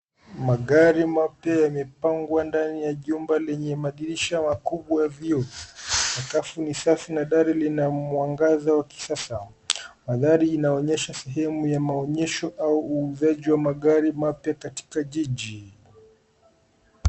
Magari mapya yamepangwa ndani ya jumba lenye madirisha makubwa ya vioo. Sakafu ni safi na dari lina mwangaza wa kisasa. Manthari inaonyesha sehemu ya maonyesho au uuzaji wa magari mapya katika jiji.